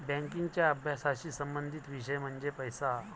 बँकिंगच्या अभ्यासाशी संबंधित विषय म्हणजे पैसा